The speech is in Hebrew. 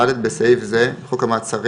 (ד) בסעיף זה "חוק המעצרים"